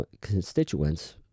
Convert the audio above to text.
constituents